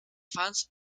fans